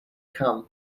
come